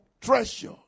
treasure